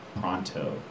pronto